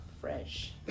fresh